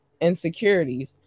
insecurities